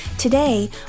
Today